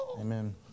amen